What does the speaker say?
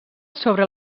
sobre